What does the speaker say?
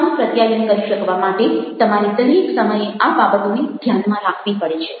સારું પ્રત્યાયન કરી શકવા માટે તમારે દરેક સમયે આ બાબતોને ધ્યાનમાં રાખવી પડે છે